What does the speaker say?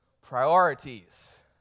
Priorities